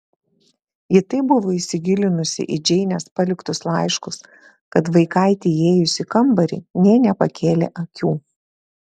ji taip buvo įsigilinusi į džeinės paliktus laiškus kad vaikaitei įėjus į kambarį nė nepakėlė akių